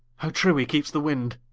how true hee keepes the winde?